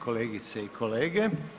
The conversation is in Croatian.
kolegice i kolege.